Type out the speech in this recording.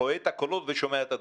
רואה את הקולות ושומע את הדברים.